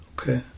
Okay